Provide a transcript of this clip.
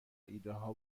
ایدهها